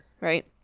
right